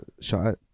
shot